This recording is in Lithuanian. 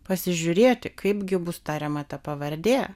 pasižiūrėti kaipgi bus tariama ta pavardė